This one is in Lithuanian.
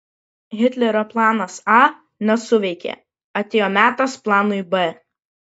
hitlerio planas a nesuveikė atėjo metas planui b